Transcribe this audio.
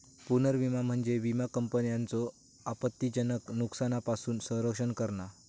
पुनर्विमा म्हणजे विमा कंपन्यांचो आपत्तीजनक नुकसानापासून संरक्षण करणा